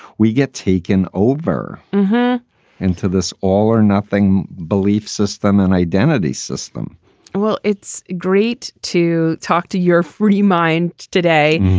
we get taken over into this all or nothing belief system, an identity system well, it's great to talk to your free mind today.